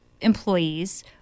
employees